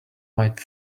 might